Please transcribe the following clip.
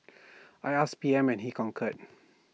I asked P M and he concurred